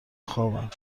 خوابم